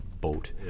boat